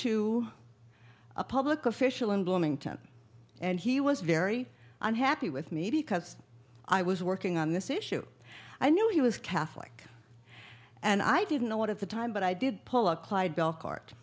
to a public official in bloomington and he was very unhappy with me because i was working on this issue i knew he was catholic and i didn't know what at the time but i did pull up clyde belcourt